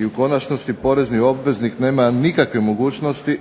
I u konačnosti porezni obveznik nema nikakve mogućnosti